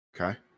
Okay